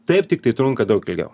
taip tiktai trunka daug ilgiau